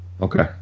Okay